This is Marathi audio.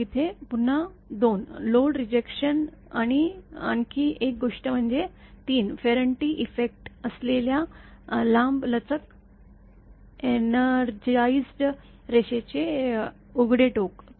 मग इथे पुन्हा 2 लोड रीजेक्शन आणि आणखी एक गोष्ट म्हणजे 3 फेरांटी इफेक्ट असलेल्या लांब लचक एनरजाइज्ड रेषेचे उघडे टोक